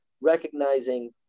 recognizing